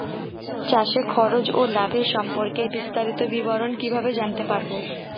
চাষে খরচ ও লাভের সম্পর্কে বিস্তারিত বিবরণ কিভাবে জানতে পারব?